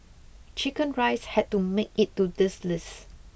chicken rice had to make it to this list